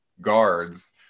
guards